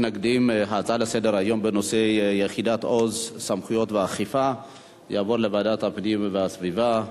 ההצעה להעביר את הנושא לוועדת הפנים והגנת הסביבה נתקבלה.